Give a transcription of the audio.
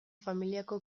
familiako